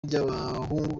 ry’abahungu